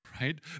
right